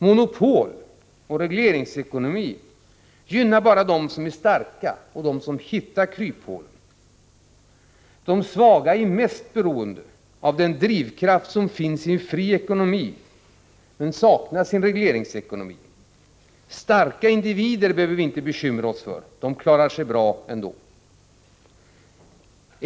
Monopol och regleringsekonomi gynnar bara dem som är starka och som hittar kryphålen. De svaga är mest beroende av den drivkraft som finns i en fri ekonomi men saknas i en regleringsekonomi. Starka individer behöver vi inte bekymra oss för. De klarar sig bra ändå.